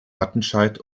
wattenscheid